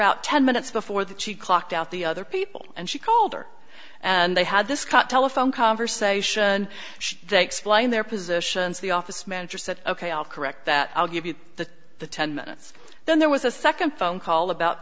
out ten minutes before that she clocked out the other people and she called or and they had this cop telephone conversation she explained their positions the office manager said ok i'll correct that i'll give you the the ten minutes then there was a second phone call about